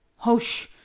hoash!